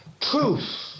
Truth